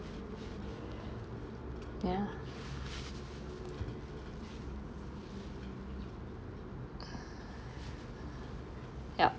ya ya